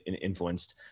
influenced